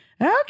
Okay